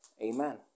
Amen